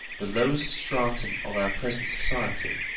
the lowest stratum of our present society,